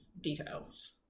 details